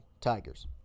Tigers